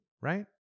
right